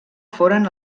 foren